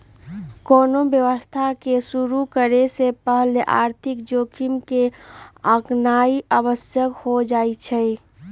कोनो व्यवसाय के शुरु करे से पहिले आर्थिक जोखिम के आकनाइ आवश्यक हो जाइ छइ